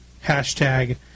hashtag